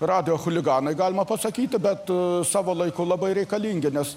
radijo chuliganai galima pasakyti bet savo laiku labai reikalingi nes